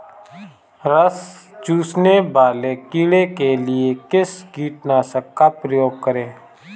रस चूसने वाले कीड़े के लिए किस कीटनाशक का प्रयोग करें?